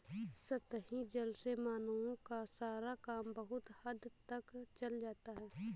सतही जल से मानवों का सारा काम बहुत हद तक चल जाता है